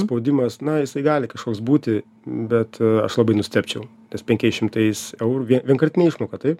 spaudimas na jisai gali kažkoks būti bet aš labai nustebčiau nes penkiais šimtais eurų vien vienkartinė išmoka taip